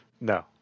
no